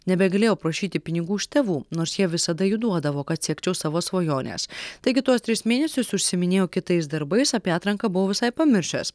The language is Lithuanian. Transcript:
nebegalėjau prašyti pinigų iš tėvų nors jie visada jų duodavo kad siekčiau savo svajonės taigi tuos tris mėnesius užsiiminėjau kitais darbais apie atranką buvo visai pamiršęs